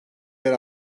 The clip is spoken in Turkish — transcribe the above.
yer